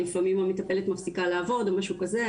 לפעמים המטפלת מפסיקה לעבוד או משהו כזה,